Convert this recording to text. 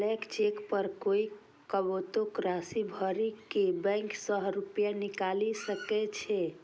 blank cheque पर कोइ कतबो राशि भरि के बैंक सं रुपैया निकालि सकै छै